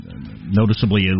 noticeably